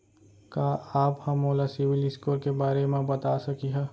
का आप हा मोला सिविल स्कोर के बारे मा बता सकिहा?